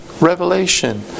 revelation